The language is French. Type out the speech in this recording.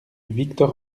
victor